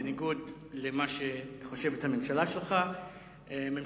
בניגוד למה שהממשלה שלך חושבת,